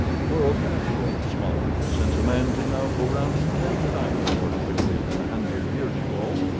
the world has grown smaller, since a man can now go round it ten times more quickly than a hundred years ago.